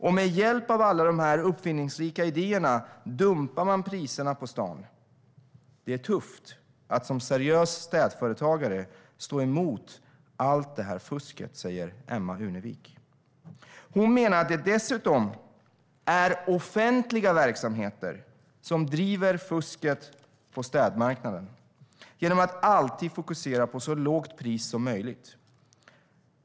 Och med hjälp av alla de här uppfinningsrika idéerna dumpar man priserna på stan. Det är tufft att som seriös städföretagare stå emot allt det här fusket, säger Emma Unevik. Hon menar att det dessutom är offentliga verksamheter som driver fusket på städmarknaden, genom att alltid fokusera på så lågt pris som möjligt.